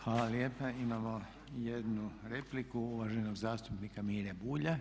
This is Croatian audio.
Hvala lijepa imamo jednu repliku uvaženog zastupnika Mire Bulja.